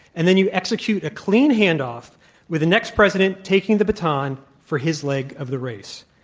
and then you execute a clean handoff with the next president taking the baton for his leg of the race.